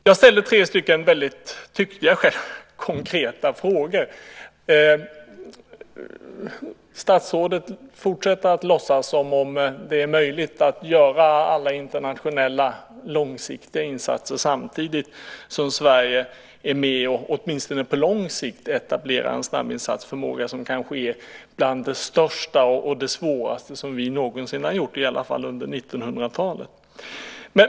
Jag ställde tre, som jag själv tyckte, väldigt konkreta frågor. Statsrådet fortsätter att låtsas som om det är möjligt att göra alla internationella långsiktiga insatser samtidigt som Sverige är med och åtminstone på lång sikt etablerar en snabbinsatsförmåga, som kanske är bland det största och svåraste som vi någonsin har gjort, i alla fall under 1900-talet.